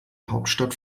hauptstadt